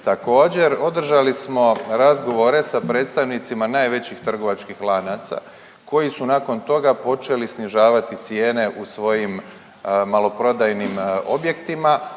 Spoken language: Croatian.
Također održali smo razgovore sa predstavnicima najvećih trgovačkih lanaca koji su nakon toga počeli snižavati cijene u svojim maloprodajnim objektima,